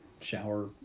shower